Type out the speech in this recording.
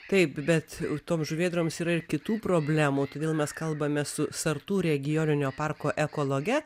taip bet toms žuvėdroms yra ir kitų problemų todėl mes kalbame su sartų regioninio parko ekologe